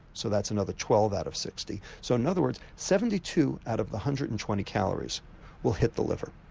so that's another twelve out of sixty so in other words seventy two out of the one hundred and twenty calories will hit the liver,